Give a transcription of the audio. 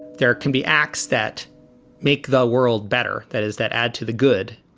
there can be acts that make the world better that is that add to the good,